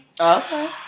Okay